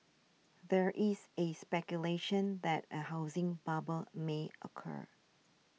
there is A speculation that a housing bubble may occur